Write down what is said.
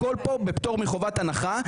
הכול פה בפטור מחובת הנחה,